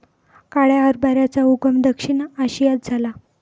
काळ्या हरभऱ्याचा उगम दक्षिण आशियात झाला